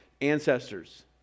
ancestors